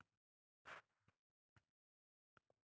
Debit card के साथ किस तरह की लागतें जुड़ी हुई हैं?